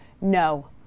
no